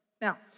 Now